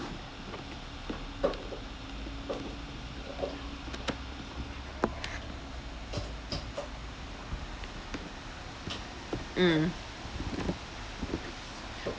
mm